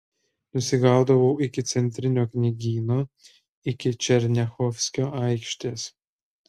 nusigaudavau iki centrinio knygyno iki černiachovskio aikštės